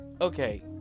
Okay